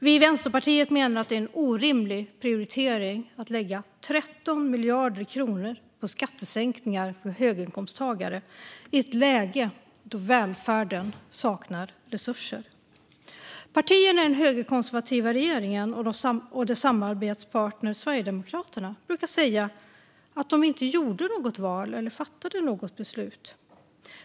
Vi i Vänsterpartiet menar att det är en orimlig prioritering att lägga 13 miljarder kronor på skattesänkningar för höginkomsttagare i ett läge där välfärden saknar resurser. Partierna i den högerkonservativa regeringen och dess samarbetspartner Sverigedemokraterna brukar säga att de inte gjorde något val eller fattade något beslut.